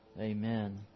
Amen